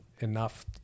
Enough